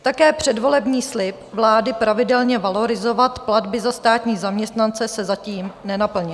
Také předvolební slib vlády pravidelně valorizovat platby za státní zaměstnance se zatím nenaplnil.